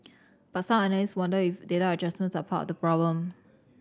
but some analysts wonder if data adjustments are part the problem